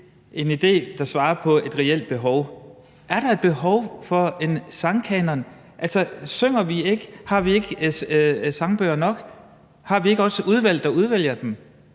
en idé, der modsvarer et reelt behov. Er der et behov for en sangkanon? Har vi ikke sangbøger nok, og har vi ikke også et udvalg, der udvælger